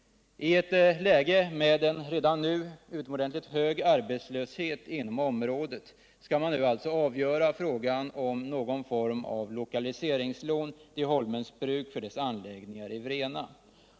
I ett läge med en redan nu utomordentligt hög arbetslöshet inom området skall man alltså nu avgöra frågan om någon form av lokaliseringslån till Holmens Bruk för dess anläggningar i Vrena.